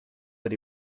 per